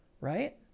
right